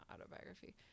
autobiography